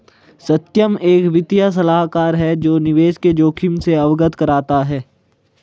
सत्यम एक वित्तीय सलाहकार है जो निवेश के जोखिम से अवगत कराता है